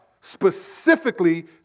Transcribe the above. Specifically